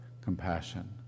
compassion